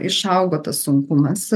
išaugo tas sunkumas